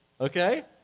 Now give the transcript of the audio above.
okay